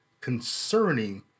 concerning